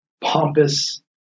pompous